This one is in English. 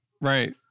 right